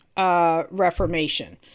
Reformation